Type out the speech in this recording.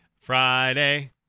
Friday